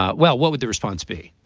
ah well, what would the response be?